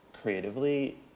creatively